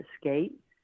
escape